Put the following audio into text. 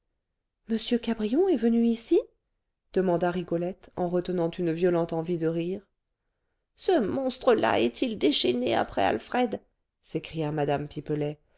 m cabrion est venu ici demanda rigolette en retenant une violente envie de rire ce monstre-là est-il déchaîné après alfred s'écria mme pipelet